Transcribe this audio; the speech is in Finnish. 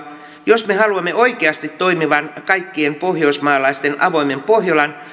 jos me haluamme oikeasti toimivan kaikkien pohjoismaalaisten avoimen pohjolan